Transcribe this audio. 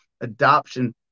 adoption